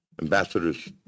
Ambassadors